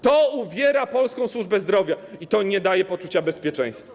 To uwiera polską służbę zdrowia i nie daje poczucia bezpieczeństwa.